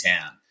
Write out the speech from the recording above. town